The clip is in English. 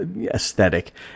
aesthetic